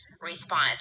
response